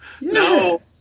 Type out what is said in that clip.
No